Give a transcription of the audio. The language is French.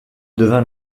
devint